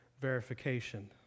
verification